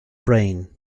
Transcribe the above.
brain